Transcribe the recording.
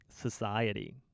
society